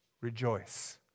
rejoice